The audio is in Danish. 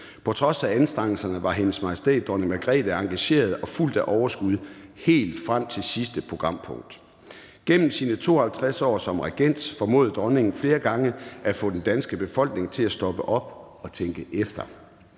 På trods af anstrengelserne var Hendes Majestæt Dronning Margrethe engageret og fuld af overskud helt frem til sidste programpunkt. Gennem sine 52 år som regent formåede dronningen flere gange at få den danske befolkning til at stoppe op og tænke efter.